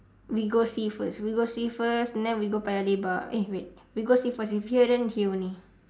we go see first we go see first then we go paya-lebar eh wait we go see first if here then here only